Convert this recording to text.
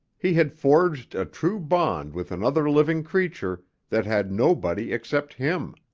he had forged a true bond with another living creature that had nobody except him.